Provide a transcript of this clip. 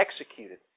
executed